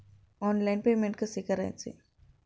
Online payment कसे करायचे?